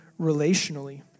relationally